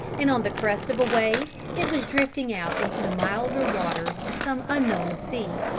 and on the crest of a wave it was drifting out into the milder waters of some unknown sea.